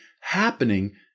happening